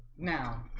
now